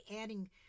adding